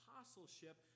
apostleship